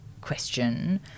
question